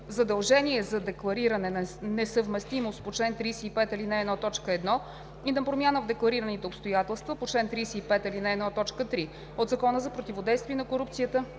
Задължение за деклариране на несъвместимост по чл. 35, ал. 1, т. 1 и на промяна в декларираните обстоятелства по чл. 35, ал. 1, т. 3 от Закона за противодействие на корупцията